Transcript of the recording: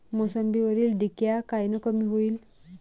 मोसंबीवरील डिक्या कायनं कमी होईल?